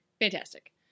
fantastic